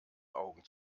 augen